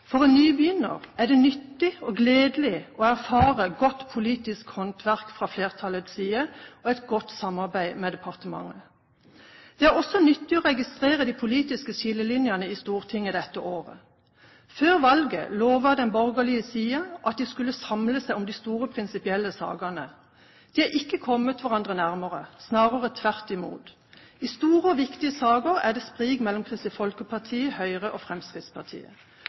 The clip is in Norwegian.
For en nybegynner er det nyttig og gledelig å erfare godt politisk håndverk fra flertallets side og et godt samarbeid med departementet. Det er også nyttig å registrere de politiske skillelinjene i Stortinget dette året. Før valget lovte den borgerlige siden at de skulle samle seg om de store prinsipielle sakene. De har ikke kommet hverandre nærmere – snarere tvert imot. I store og viktige saker er det sprik mellom Kristelig Folkeparti, Høyre og Fremskrittspartiet.